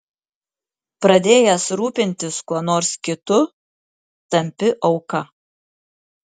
pradėjęs rūpintis kuo nors kitu tampi auka